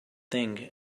think